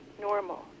normal